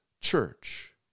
church